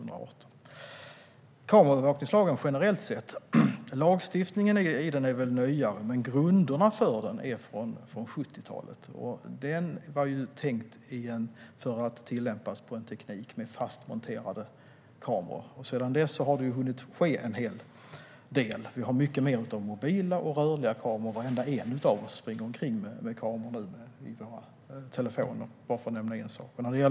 När det gäller kameraövervakningslagen generellt sett är lagstiftningen i den nyare, men grunderna för den är från 70-talet. Lagen var tänkt att tillämpas på en teknik med fast monterade kameror. Sedan dess har det hunnit ske en hel del. Vi har mycket mer av mobila och rörliga kameror; varenda en av oss springer nu omkring med kameror i våra telefoner, bara för att nämna en sak.